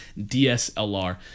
DSLR